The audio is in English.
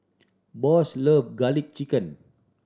Boss love Garlic Chicken